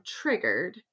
triggered